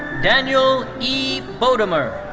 daniel e. bodamer.